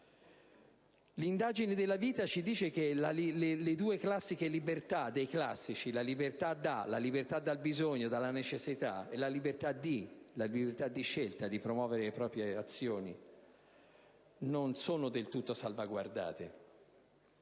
L'indagine della vita ci dice anche che le due libertà dei classici, la "libertà da", cioè dal bisogno e dalla necessità, e la "libertà di", cioè di scelta e di promuovere le proprie azioni, non sono del tutto salvaguardate.